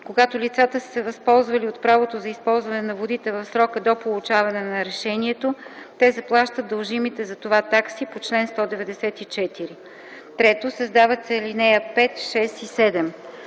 Когато лицата са се възползвали от правото за използване на водите в срока до получаване на решението, те заплащат дължимите за това такси по чл. 194.” 3. Създават се ал. 5, 6 и 7: